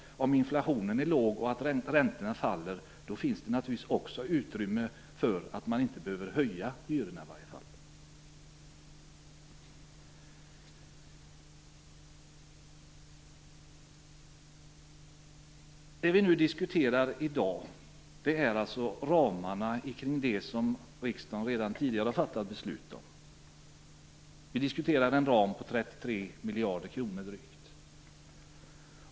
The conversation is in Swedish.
Om inflationen är låg och räntorna faller finns det naturligtvis utrymme för att man i varje fall inte behöver höja hyrorna. Det vi diskuterar i dag är ramarna kring det som riksdagen redan tidigare har fattat beslut om. Vi diskuterar en ram på drygt 33 miljarder kronor.